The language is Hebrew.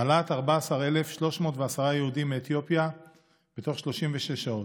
העלאת 14,310 יהודים מאתיופיה בתוך 36 שעות.